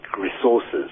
resources